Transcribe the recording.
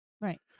Right